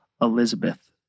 Elizabeth